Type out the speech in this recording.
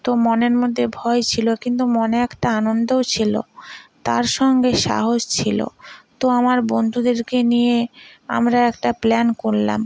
তো মনের মধ্যে ভয় ছিলো কিন্তু মনে একটা আনন্দও ছিলো তার সঙ্গে সাহস ছিলো তো আমার বন্ধুদেরকে নিয়ে আমরা একটা প্ল্যান করলাম